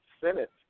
Senate